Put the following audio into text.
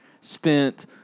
spent